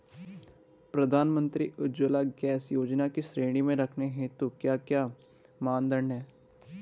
प्रधानमंत्री उज्जवला गैस योजना की श्रेणी में रखने हेतु क्या क्या मानदंड है?